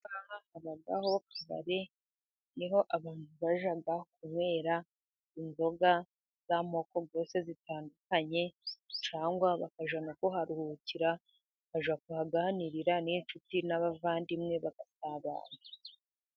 Aha ngaha habaho akabari, niho abantu bajya kunywera inzoga z'amoko yose zitandukanye cyangwa bakajya no kuharuhukira, bajya kuganirira n'inshuti n'abavandimwe, bagasabana.